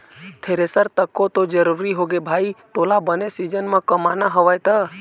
thresher तको तो जरुरी होगे भाई तोला बने सीजन म कमाना हवय त